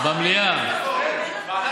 סגן שר האוצר יצחק כהן: במליאה.